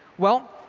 well,